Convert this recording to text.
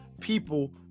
people